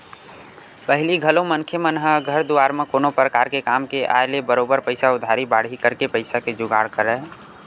पहिली घलो मनखे मन ह घर दुवार म कोनो परकार के काम के आय ले बरोबर पइसा उधारी बाड़ही करके पइसा के जुगाड़ करय